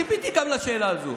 ציפיתי גם לשאלה הזו,